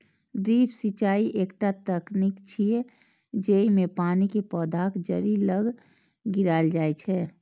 drip सिंचाइ एकटा तकनीक छियै, जेइमे पानि कें पौधाक जड़ि लग गिरायल जाइ छै